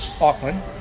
Auckland